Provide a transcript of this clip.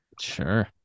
Sure